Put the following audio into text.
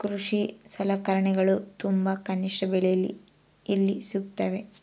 ಕೃಷಿ ಸಲಕರಣಿಗಳು ತುಂಬಾ ಕನಿಷ್ಠ ಬೆಲೆಯಲ್ಲಿ ಎಲ್ಲಿ ಸಿಗುತ್ತವೆ?